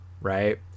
right